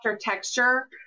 texture